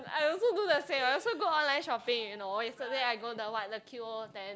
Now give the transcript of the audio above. I also do the same I also go online shopping you know yesterday I go the what the Q_O_O ten